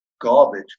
garbage